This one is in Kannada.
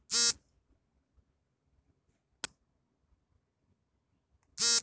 ಕೃಷಿ ಹೊಂಡವನ್ನು ರೈತರು ತಮ್ಮ ಹೊಲದಲ್ಲಿ ಮಾಡಿಕೊಳ್ಳಲು ಸರ್ಕಾರ ಸಹಾಯ ಮಾಡುತ್ತಿದೆಯೇ?